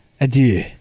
adieu